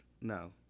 No